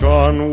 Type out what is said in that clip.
on